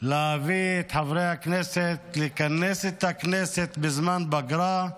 להביא את חברי הכנסת, לכנס את הכנסת בזמן פגרה,